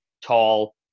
tall